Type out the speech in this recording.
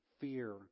fear